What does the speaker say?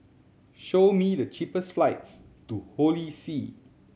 show me the cheapest flights to Holy See